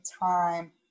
time